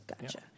Gotcha